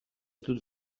dut